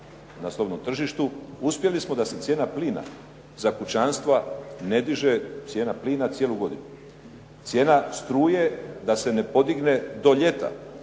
na slobodnom tržištu. Uspjeli smo da se cijena plina za kućanstva ne diže cijena plina cijelu godinu. Cijena struje da se ne podigne do ljeta,